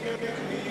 נכים במסגרות חוץ,